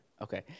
Okay